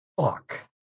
Fuck